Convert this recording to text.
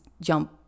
jump